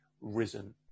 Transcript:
risen